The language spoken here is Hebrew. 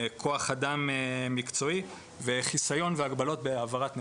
כוח אדם מקצועי וחיסיון והגבלות בהעברת נתונים.